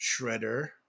Shredder